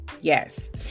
Yes